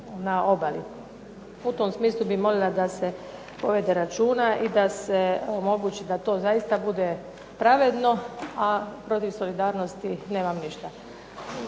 U tom smislu bih molila da se povede računa i da to zaista bude pravedno, a protiv solidarnosti nemam ništa.